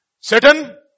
Satan